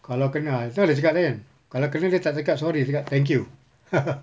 kalau kena itu lah ayah cakap itu kan kalau kena dia tak cakap sorry dia cakap thank you